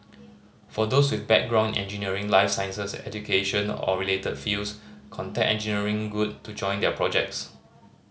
for those with a background in engineering life sciences education or related fields contact Engineering Good to join their projects